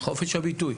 חופש הביטוי.